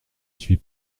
suis